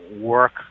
work